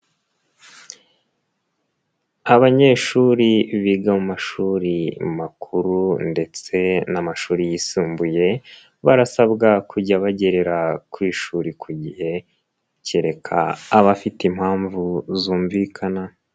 Abanyeshuri biga mu amashuri makuru ndetse n'amashuri yisumbuye, barasabwa kujya bagerera ku ishuri ku gihe, kereka abafite impamvu zumvikana.